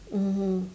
mmhmm